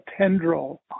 tendril